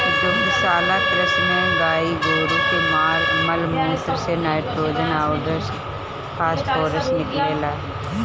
दुग्धशाला कृषि में गाई गोरु के माल मूत्र से नाइट्रोजन अउर फॉस्फोरस निकलेला